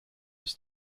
ist